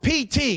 PT